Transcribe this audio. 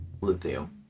lithium